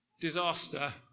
disaster